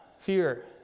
fear